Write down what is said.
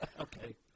Okay